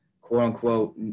quote-unquote